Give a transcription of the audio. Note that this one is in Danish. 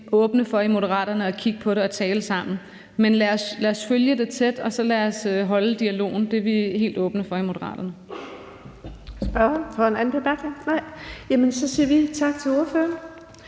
åbne for at kigge på det og tale sammen. Men lad os følge det tæt, og lad os holde dialogen. Det er vi helt åbne for i Moderaterne.